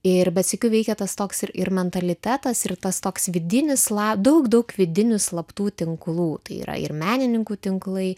ir bet sykiu veikia tas toks ir ir mentalitetas ir tas toks vidinis la daug daug vidinių slaptų tinklų tai yra ir menininkų tinklai